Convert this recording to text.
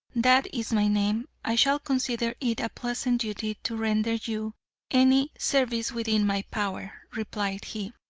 that is my name, i shall consider it a pleasant duty to render you any service within my power, replied he,